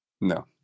No